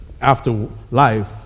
afterlife